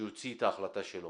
שיוציא את ההחלטה שלו.